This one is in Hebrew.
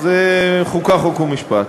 אז חוקה, חוק ומשפט.